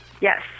Yes